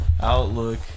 outlook